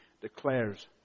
declares